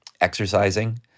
exercising